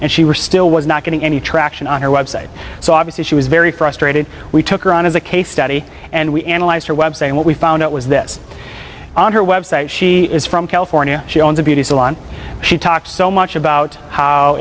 and she were still was not getting any traction on her website so obviously she was very frustrated we took her on as a case study and we analyzed her web site and what we found out was this on her website she is from california she owns a beauty salon she talked so much about how